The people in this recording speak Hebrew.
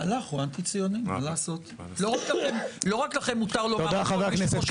לא רק לכם מותר לומר --- שאנחנו לא